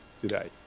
today